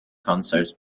concerts